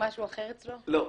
פה רשום ש-23% לא משלמים.